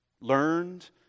learned